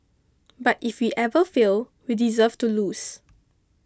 but if we ever fail we deserve to lose